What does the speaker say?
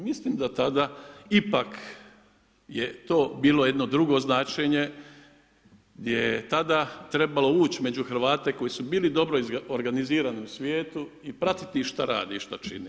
Mislim da tada ipak je to bilo jedno drugo značenje gdje je tada trebalo ući među Hrvate koji su bili dobro organizirani u svijetu i pratiti ih šta rade i šta čine.